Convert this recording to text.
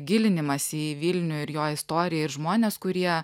gilinimąsi į vilnių ir jo istoriją ir žmones kurie